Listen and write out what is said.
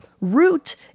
root